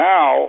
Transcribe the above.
Now